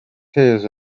hears